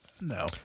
No